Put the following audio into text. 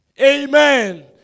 Amen